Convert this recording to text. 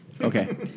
okay